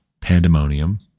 pandemonium